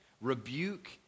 rebuke